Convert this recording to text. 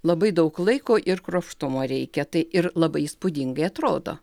labai daug laiko ir kruopštumo reikia tai ir labai įspūdingai atrodo